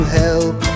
help